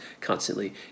constantly